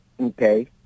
okay